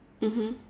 mmhmm